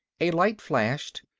a light flashed.